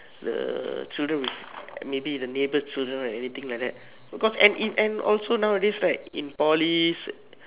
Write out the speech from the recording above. the children would maybe the neighbour's children right anything like that because and and also nowadays right in polys